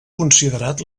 considerat